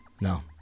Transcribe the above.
No